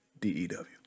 D-E-W